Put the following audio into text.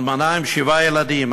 אלמנה עם שבעה ילדים.